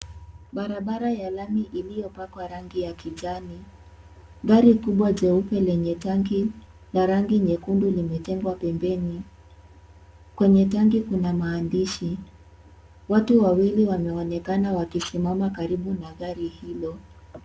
Barabara ya lami iliopakwa rangi ya kijani. Gari kubwa jeupe lenye tanki la rangi nyekundu limetengwa pembeni. Kwenye tanki kuna maandishi. Watu wawili wameonekana wakisimama karibu na gari hilo.